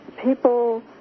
people